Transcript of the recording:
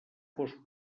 fos